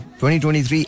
2023